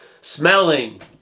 smelling